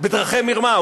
בדרכי מרמה.